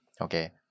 Okay